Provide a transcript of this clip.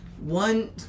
one